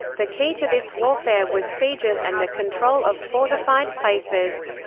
the key to this warfare was sieges and the control of fortified places.